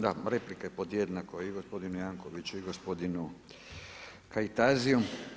Da replika je pod jednako i gospodinu Jankoviću i gospodinu Kajtaziju.